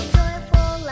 joyful